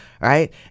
right